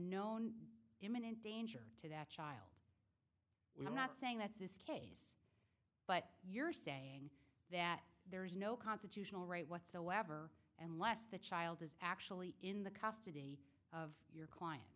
known imminent danger to that child we're not saying that's this case but you're saying that there is no constitutional right whatsoever unless the child is actually in the custody of your clients